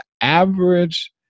average